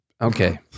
Okay